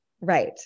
Right